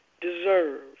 deserve